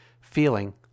feeling